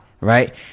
right